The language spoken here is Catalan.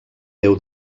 déu